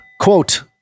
quote